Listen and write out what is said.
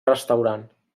restaurant